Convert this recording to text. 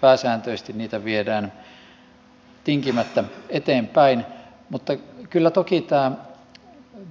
pääsääntöisesti viedään tinkimättä eteenpäin mutta kyllä toki tämä